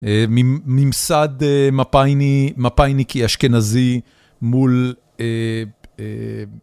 ממסד מפא"יניקי אשכנזי מול...